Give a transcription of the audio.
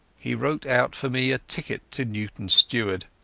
he wrote out for me a ticket to newton-stewart,